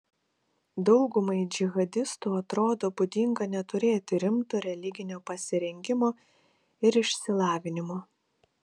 daugumai džihadistų atrodo būdinga neturėti rimto religinio pasirengimo ir išsilavinimo